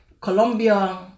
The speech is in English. Colombia